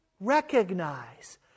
recognize